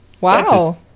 Wow